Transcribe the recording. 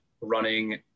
running